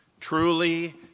Truly